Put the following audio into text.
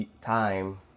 time